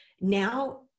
Now